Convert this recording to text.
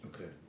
Okay